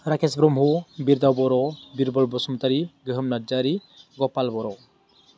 राकेस ब्रह्म बिरदाव बर' बिरबल बसुमतारि गोहोम नारजारि गपाल बर'